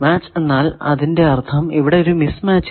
match എന്നാൽ അതിന്റെ അർഥം ഇവിടെ ഒരു മിസ് മാച്ച് ഇല്ല